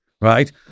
right